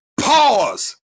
pause